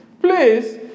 Please